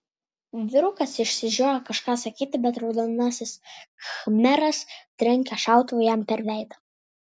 vyrukas išsižioja kažką sakyti bet raudonasis khmeras trenkia šautuvu jam per veidą